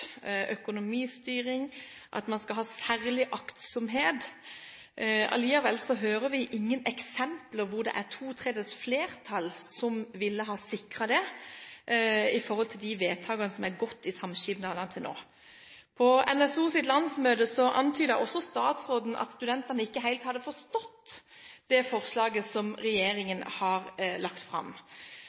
økonomistyring, og at man skal ha særlig aktsomhet. Likevel får vi ingen eksempler på der det er to tredjedels flertall, som ville ha sikret dette når det gjelder de vedtakene som har vært i studentsamskipnadene til nå. På NSOs landsmøte antydet også statsråden at studentene ikke helt hadde forstått det forslaget som regjeringen har lagt fram.